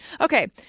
Okay